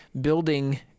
building